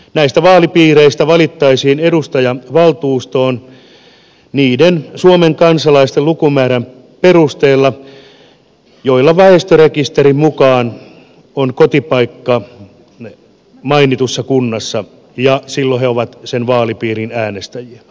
näistä vaalipiireistä valittaisiin edustajia valtuustoon niiden suomen kansalaisten lukumäärän perusteella joilla väestörekisterin mukaan on kotipaikka mainitussa kunnassa ja silloin he ovat sen vaalipiirin äänestäjiä